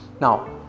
Now